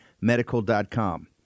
Medical.com